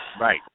Right